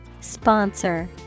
Sponsor